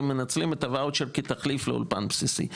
הם מנצלים את הוואוצ'ר כתחליף לאולפן בסיסי.